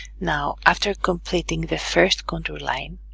now after completing the first contour line,